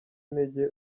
intege